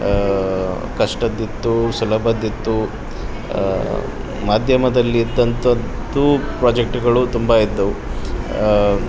ಕಷ್ಟದ್ದು ಇತ್ತು ಸುಲಭದ್ದಿತ್ತು ಮಧ್ಯಮದಲ್ಲಿದ್ದಂಥದ್ದು ಪ್ರೊಜೆಕ್ಟ್ಗಳು ತುಂಬ ಇದ್ದವು